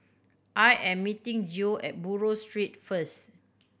I am meeting Geo at Buroh Street first